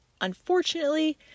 unfortunately